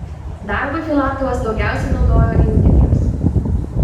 darbui filatovas daugiausiai naudojo jauniklius